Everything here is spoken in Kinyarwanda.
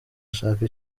ashaka